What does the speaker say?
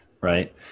right